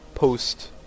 Post